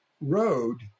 road